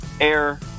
air